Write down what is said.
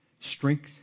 strength